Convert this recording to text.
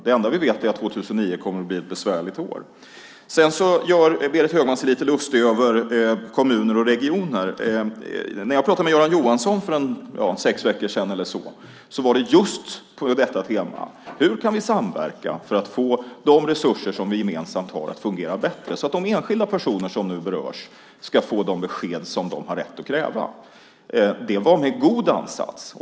Det enda vi vet är att 2009 kommer att bli ett besvärligt år. Berit Högman gör sig lite lustig över kommuner och regioner. När jag pratade med Göran Johansson för ungefär sex veckor sedan handlade det om just detta tema. Hur kan vi samverka för att få de resurser som vi har gemensamt att fungera bättre, så att de enskilda personer som nu berörs ska få de besked som de har rätt att kräva? Det var en god ansats.